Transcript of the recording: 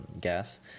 gas